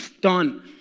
done